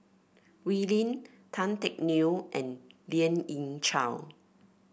Wee Lin Tan Teck Neo and Lien Ying Chow